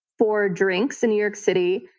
for drinks in new york city.